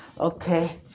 okay